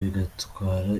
bigatwara